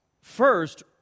First